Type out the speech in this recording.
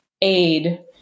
aid